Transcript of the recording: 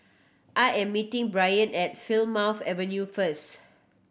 I am meeting Bryanna at Plymouth Avenue first